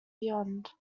beyond